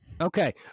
okay